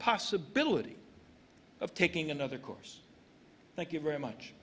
possibility of taking another course thank you very much